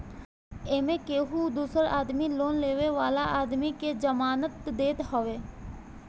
एमे केहू दूसर आदमी लोन लेवे वाला आदमी के जमानत देत हवे